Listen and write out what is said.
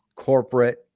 corporate